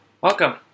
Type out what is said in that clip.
Welcome